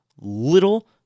little